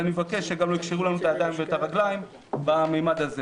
אני מבקש שגם לא יקשרו לנו את הידיים ואת הרגליים בממד הזה.